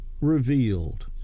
revealed